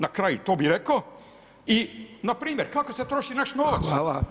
Na kraju to bi rekao i npr. kako se troši naš novac?